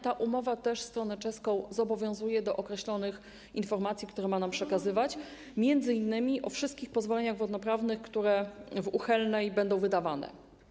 Ta umowa też stronę czeską zobowiązuje do określonych informacji, które ma nam przekazywać, m.in. o wszystkich pozwoleniach wodnoprawnych, które w przypadku Uhelnej będą wydawane.